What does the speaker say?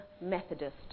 Methodist